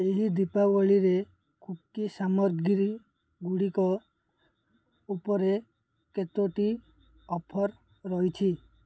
ଏହି ଦୀପାବଳିରେ କୁକି ସାମଗ୍ରୀଗୁଡ଼ିକ ଉପରେ କେତୋଟି ଅଫର୍ ରହିଛି